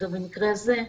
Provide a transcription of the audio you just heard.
במקרה הזה,